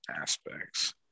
aspects